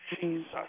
Jesus